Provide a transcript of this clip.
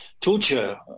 torture